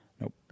Nope